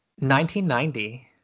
1990